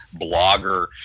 blogger